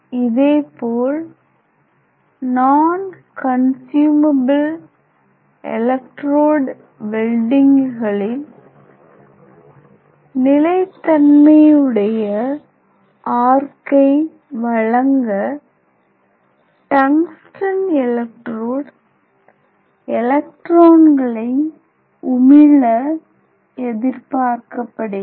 இதே போல் நான் கன்சூமபில் எலெக்ட்ரோடு வெல்டிங்குகளில் நிலைத்தன்மையடைய ஆர்க்கை வழங்க டங்ஸ்டன் எலெக்ட்ரோடு எலக்ட்ரான்களை உமிழ எதிர்பார்க்கப்படுகிறது